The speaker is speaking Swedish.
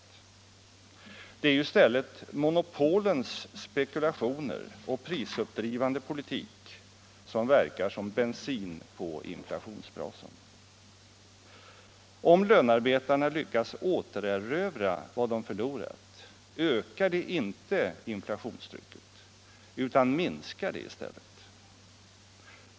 Det är ju i stället monopolens spekulationer och prisuppdrivande politik som verkar som bensin på inflationsbrasan. Om lönarbetarna lyckas återerövra vad de förlorat ökar det inte inflationstrycket, utan minskar det i stället.